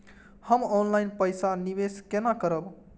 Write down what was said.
हम ऑनलाइन पैसा निवेश केना करब?